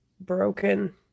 broken